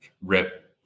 rip